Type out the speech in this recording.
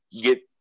get